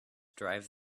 drive